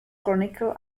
chronicle